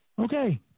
Okay